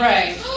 Right